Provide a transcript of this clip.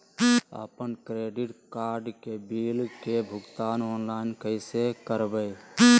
अपन credit card के bill के भुगतान ऑनलाइन कैसे करबैय?